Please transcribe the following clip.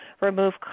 remove